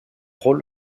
rôle